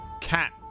cat